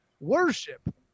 worship